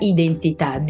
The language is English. Identità